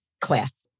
class